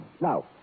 Now